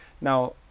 now